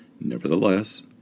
Nevertheless